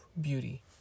beauty